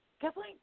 Kathleen